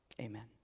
Amen